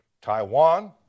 Taiwan